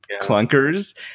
clunkers